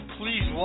please